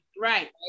Right